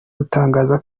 gutangaza